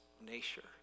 nature